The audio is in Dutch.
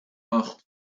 acht